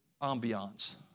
ambiance